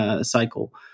cycle